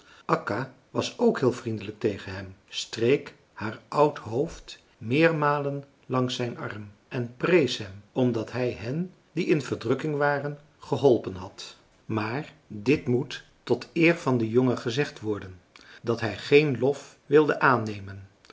akka was ook heel vriendelijk tegen hem streek haar oud hoofd meermalen langs zijn arm en prees hem omdat hij hen die in verdrukking waren geholpen had maar dit moet tot eer van den jongen gezegd worden dat hij geen lof wilde aannemen